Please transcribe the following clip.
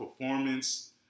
performance